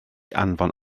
anfon